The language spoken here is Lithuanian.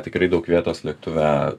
tikrai daug vietos lėktuve